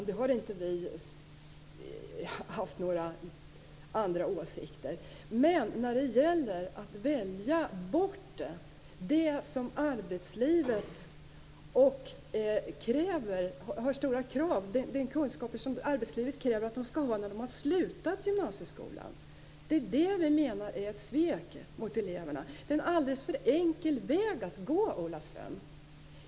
Vi har inte haft några andra åsikter. Men vi menar att det är ett svek mot eleverna att välja bort den kunskap som arbetslivet kräver att de skall ha när de har slutat gymnasieskolan. Det är en alldeles för enkel väg att gå, Ola Ström.